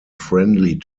friendly